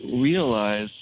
realize